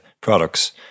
products